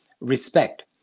Respect